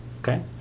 Okay